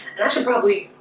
that should probably